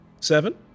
seven